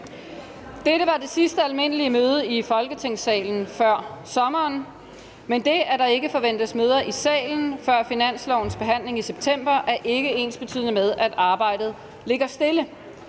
Dette var det sidste almindelige møde i Folketingssalen før sommeren, men det, at der ikke forventes møder i salen før finanslovens behandling i september, er ikke ensbetydende med, at arbejdet ligger stille.